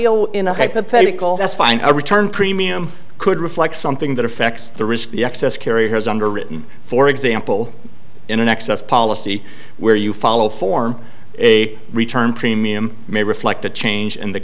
returns in a hypothetical that's fine a return premium could reflect something that affects the risk the excess carry has underwritten for example in an excess policy where you follow form a return premium may reflect a change in the